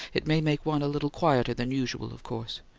it may make one a little quieter than usual, of course.